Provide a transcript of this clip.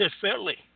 fairly